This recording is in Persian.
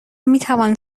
میتوان